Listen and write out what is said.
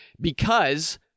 because-